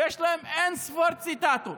ויש להם אין-ספור ציטטות